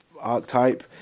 archetype